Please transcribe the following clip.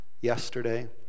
yesterday